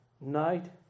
night